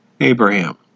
Abraham